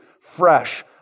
fresh